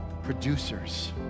producers